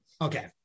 Okay